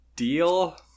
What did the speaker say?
deal